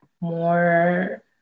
more